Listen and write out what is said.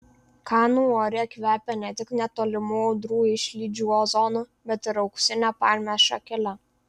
kanų ore kvepia ne tik netolimų audrų išlydžių ozonu bet ir auksine palmės šakele